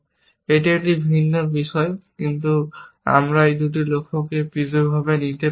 এটি একটি ভিন্ন বিষয় কিন্তু আমরা এই দুটি লক্ষ্যকে পৃথকভাবে নিতে পারি না